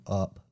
up